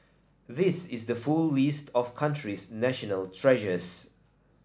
this is the full list of the country's national treasures